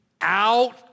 out